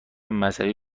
مذهبی